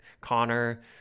Connor